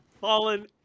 fallen